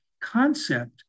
concept